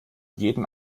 jeden